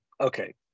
Okay